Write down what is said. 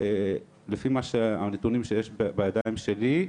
לפי הנתונים שיש בידיים שלי,